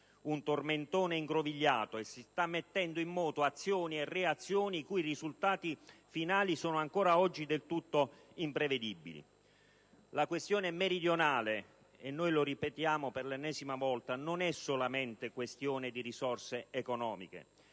un tormentone aggrovigliato, e sta mettendo in moto azioni e reazioni i cui risultati finali sono ancora oggi del tutto imprevedibili. La questione meridionale - lo ripetiamo per l'ennesima volta - non è solamente questione di risorse economiche,